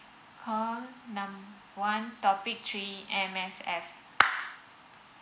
uh num~ one topic three M_S_F